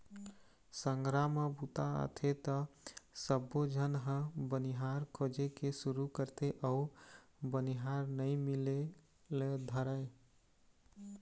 संघरा म बूता आथे त सबोझन ह बनिहार खोजे के सुरू करथे अउ बनिहार नइ मिले ल धरय